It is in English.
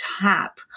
tap